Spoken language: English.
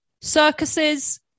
Circuses